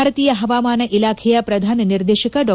ಭಾರತೀಯ ಹವಾಮಾನ ಇಲಾಖೆಯ ಪ್ರಧಾನ ನಿರ್ದೇಶಕ ಡಾ